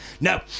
no